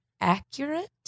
accurate